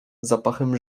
zapachem